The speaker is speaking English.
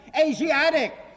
Asiatic